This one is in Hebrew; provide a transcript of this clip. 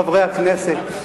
חברי הכנסת,